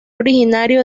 originario